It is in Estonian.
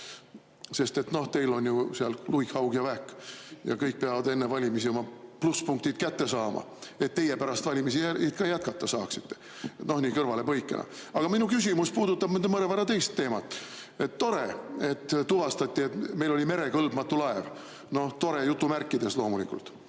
sest teil on seal ju luik, haug ja vähk, ja kõik peavad enne valimisi plusspunktid kätte saama, et teie pärast valimisi jätkata saaksite. Noh, nii kõrvalepõikena. Aga minu küsimus puudutab mõnevõrra teist teemat. Tore, et tuvastati, et meil oli merekõlbmatu laev. "Tore" jutumärkides loomulikult.